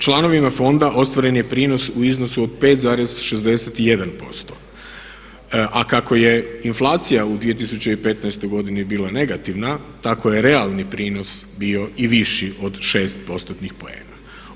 Članovima fonda ostvaren je prinos u iznosu od 5,61% a kako je inflacija u 2015.godini bila negativna tako je realni prinos bio i viši od 6 postotnih poena.